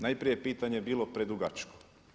Najprije je pitanje bilo predugačko.